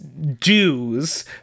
dues